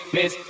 Miss